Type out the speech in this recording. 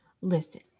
listen